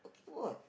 come on